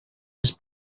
his